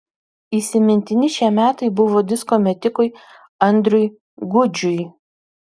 įsimintini šie metai buvo disko metikui andriui gudžiui